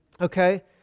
okay